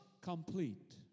complete